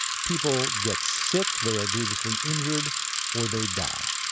people get sick, they are grievously injured or they die.